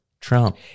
Trump